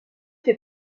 fait